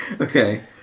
Okay